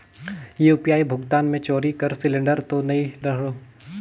UPI भुगतान मे चोरी कर सिलिंडर तो नइ रहु?